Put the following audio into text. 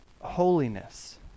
holiness